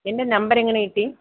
എന്റെ നമ്പറെങ്ങനെ കിട്ടി